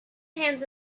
hands